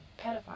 pedophile